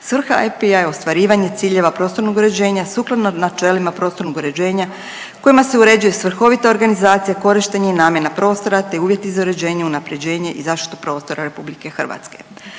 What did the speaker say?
Svrha IPA je ostvarivanje ciljeva prostornog uređenja sukladno načelima prostornog uređenja kojim se uređuje svrhovita organizacija, korištenje i namjena prostora, te uvjeti za uređenje, unapređenje i zaštitu prostora Republike Hrvatske.